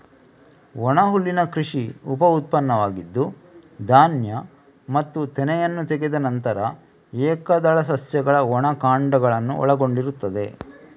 ಒಣಹುಲ್ಲಿನ ಕೃಷಿ ಉಪ ಉತ್ಪನ್ನವಾಗಿದ್ದು, ಧಾನ್ಯ ಮತ್ತು ತೆನೆಯನ್ನು ತೆಗೆದ ನಂತರ ಏಕದಳ ಸಸ್ಯಗಳ ಒಣ ಕಾಂಡಗಳನ್ನು ಒಳಗೊಂಡಿರುತ್ತದೆ